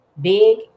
big